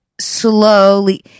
slowly